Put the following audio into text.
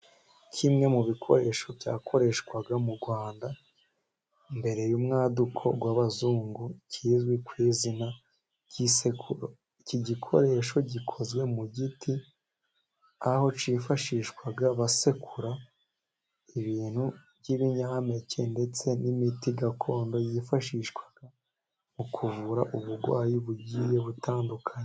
Kimwe mu bikoresho byakoreshwaga mu Rwanda mbere y'umwaduko w'abazungu, kizwi ku izina ry'isekuru. Iki gikoresho, gikozwe mu giti, aho cyifashishwaga basekura ibintu by'ibinyampeke, ndetse n'imiti gakondo, yifashishwaga mu kuvura uburwayi bugiye butandukanye.